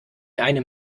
einem